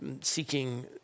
seeking